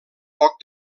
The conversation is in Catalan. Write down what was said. poc